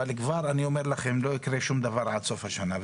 אבל כבר אני אומר לכם שלא יקרה שום דבר עד סוף השנה,